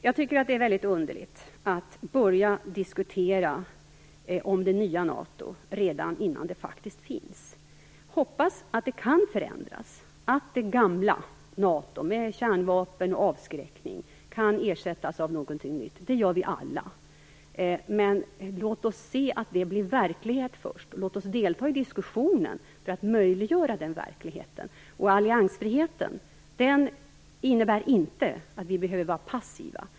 Jag tycker att det är mycket underligt att börja diskutera det nya NATO redan innan det faktiskt finns. Jag hoppas att det kan förändras och att det gamla NATO med kärnvapen och avskräckning kan ersättas av något nytt. Det gör vi alla. Men låt oss se till att det blir verklighet först. Låt oss också delta i diskussionen för att möjliggöra den verkligheten. Alliansfriheten innebär inte att vi behöver vara passiva.